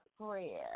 prayer